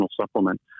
supplement